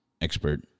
expert